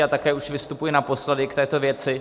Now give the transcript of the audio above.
Já také už vystupuji naposledy k této věci.